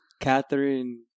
Catherine